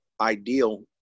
ideal